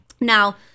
now